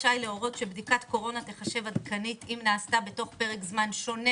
רשאי להורות שבדיקת קורונה תיחשב עדכנית אם נעשתה תוך פרק זמן שונה